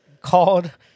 called